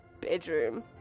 bedroom